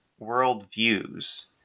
worldviews